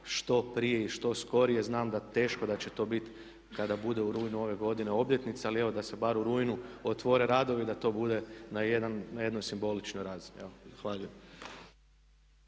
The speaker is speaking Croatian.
što prije i što skorije. Znam da teško da će to bit kada bude u rujnu ove godine obljetnica, ali evo da se bar u rujnu otvore radovi i da to bude na jednoj simboličnoj razini. Evo